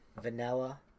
vanilla